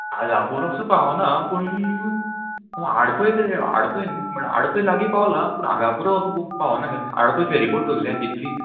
आगापूर असो पावना पूण हांव आडपय तेजे आडपय न्हू म्हळ्यार आडपय लागीं पावलां पूण आगापुरा असो खूब पावना आडपय फॅरीबोट धरल्या हांवें तितलीच